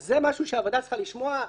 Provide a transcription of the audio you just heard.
זה משהו שהוועדה צריכה לשמוע.